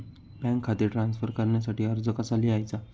Bank खाते transfer करण्यासाठी अर्ज कसा लिहायचा?